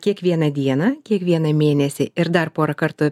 kiekvieną dieną kiekvieną mėnesį ir dar porą kartų